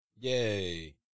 Yay